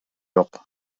жок